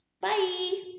Bye